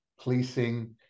policing